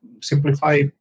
simplify